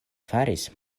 faris